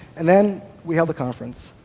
and then we held a conference.